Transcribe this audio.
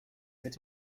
mit